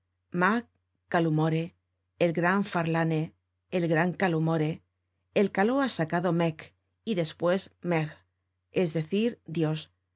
mac faralane mac callummore el gran farlane el gran callummore el caló ha sacado meck y despues meg es decir dios